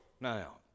now